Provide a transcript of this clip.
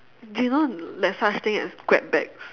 do you know there is such thing as grab bag